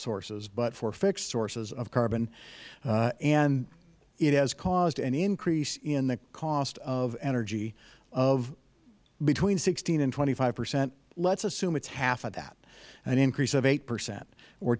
sources but for fixed courses of carbon and it has caused an increase in the cost of energy of between sixteen and twenty five percent let us assume it is half of that an increase of eight percent or